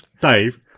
Dave